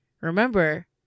Remember